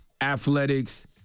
athletics